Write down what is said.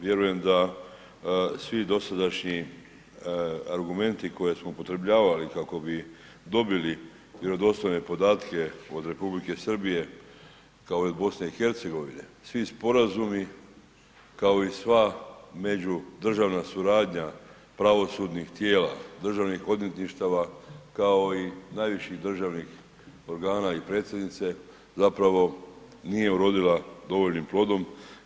Vjerujem da svi dosadašnji argumenti koje smo upotrebljavali kako bi dobili vjerodostojne podatke od Republike Srbije kao i Bosne i Hercegovine svi sporazumi kao i sva međudržavna suradnja pravosudnih tijela, državnih odvjetništava, kao i najviših državnih organa i predsjednice zapravo nije urodila dovoljnim plodom.